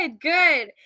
good